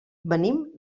venim